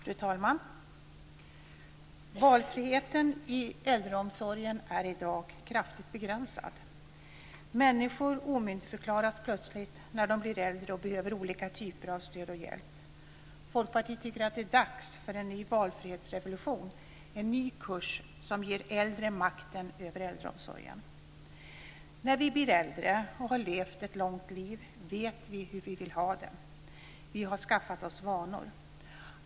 Fru talman! Valfriheten i äldreomsorgen är i dag kraftigt begränsad. Människor omyndigförklaras plötsligt när de blir äldre och behöver olika typer av stöd och hjälp. Folkpartiet tycker att det är dags för en ny valfrihetsrevolution - en ny kurs som ger äldre makten över äldreomsorgen. När vi blir äldre och har levt ett långt liv vet vi hur vi vill ha det. Vi har skaffat oss vanor.